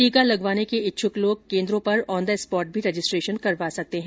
टीका लगवाने के इच्छुक लोग केन्द्रों पर ऑन दो स्पॉट भी रजिस्ट्रेशन करवा सकते हैं